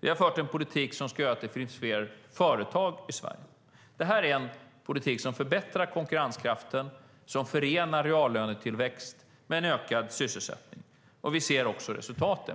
Vi har fört en politik som ska göra att det finns fler företag i Sverige. Det här är en politik som förbättrar konkurrenskraften, som förenar reallönetillväxt med en ökad sysselsättning. Vi ser resultaten.